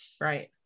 Right